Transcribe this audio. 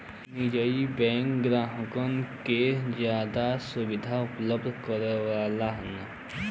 निजी बैंक ग्राहकन के जादा सुविधा उपलब्ध करावलन